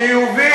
חיובי?